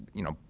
you know,